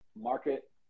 market